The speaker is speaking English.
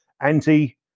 anti